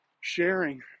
sharing